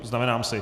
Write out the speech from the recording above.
Znamenám si.